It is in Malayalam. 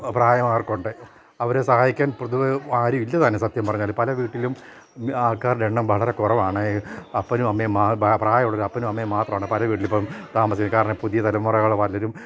പ്രായമായവരെക്കൊണ്ട് അവരെ സഹായിക്കാൻ പൊതുവെ ആരും ഇല്ല താനും സത്യം പറഞ്ഞാൽ പല വീട്ടിലും ആൾക്കാരുടെ എണ്ണം വളരെ കുറവാണ് അപ്പനും അമ്മയും പ്രായമുള്ള അപ്പനും അമ്മയും മാത്രമാണ് പല വീട്ടിലും ഇപ്പം താമസിക്കുന്നത് കാരണം പുതിയ തലമുറകൾ പലരും